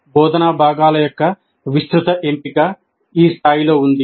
బోధనా భాగాల యొక్క విస్తృత ఎంపిక ఈ స్థాయిలో ఉంది